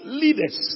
leaders